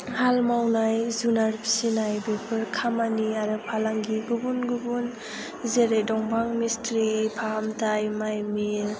हाल मावनाय जुनार फिसिनाय बेफोर खामानि आरो फालांगि गुबुन गुबुन जेरै दंफां मिस्ट्रि फाहामथाय माइ मिल